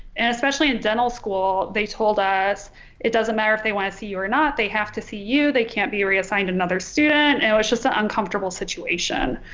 and especially in dental school they told us it doesn't matter if they want to see you or not they have to see you they can't be reassigned another student and it was just an uncomfortable situation.